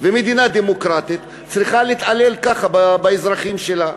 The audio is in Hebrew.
ומדינה דמוקרטית, צריכה להתעלל כך באזרחים שלה?